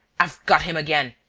i've got him again.